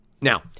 Now